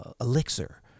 elixir